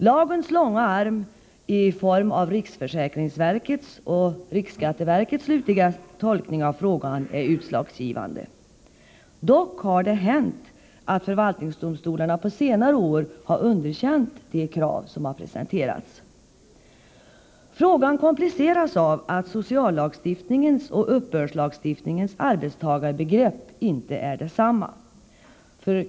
De tolkningar som slutligen görs av riksförsäkringsverket och riksskatteverket — lagens långa arm — är utslagsgivande. Dock har det hänt att förvaltningsdomstolarna på senare år har underkänt de krav som har presenterats. Frågan kompliceras av att sociallagstiftningens och uppbördslagstiftningens arbetstagarbegrepp inte är desamma.